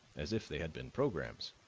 as if they had been programs.